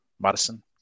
Madison